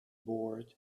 bored